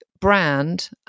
brand